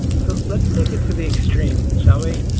so let's take it to the extreme, shall we?